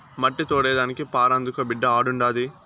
మట్టి తోడేదానికి పార అందుకో బిడ్డా ఆడుండాది